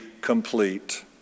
complete